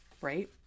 right